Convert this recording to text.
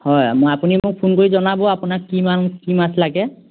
হয় মই আপুনি মোক ফোন কৰি জনাব আপোনাক কিমান কি মাছ লাগে